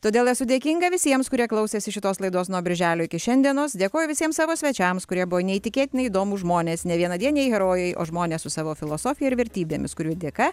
todėl esu dėkinga visiems kurie klausėsi šitos laidos nuo birželio iki šiandienos dėkoju visiems savo svečiams kurie buvo neįtikėtinai įdomūs žmonės ne vienadieniai herojai o žmonės su savo filosofija ir vertybėmis kurių dėka